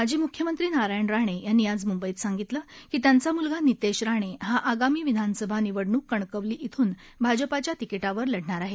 माजी मुख्यमंत्री नारायण राणे यांनी आज मुंबई शे सांगितलं की त्यांचा मुलगा नितेश राणे हा आगामी विधानसभा निवडणूक कणकणली येथून भाजपाच्या तिकीटावर लढवणार आहे